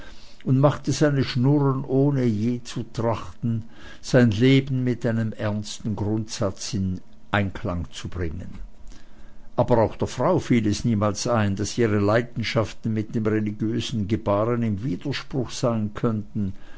und machte seine schnurren ohne je zu trachten sein leben mit einem ernstern grundsatze in einklang zu bringen aber auch der frau fiel es niemals ein daß ihre leidenschaften mit dem religiösen gebaren im widerspruche sein könnten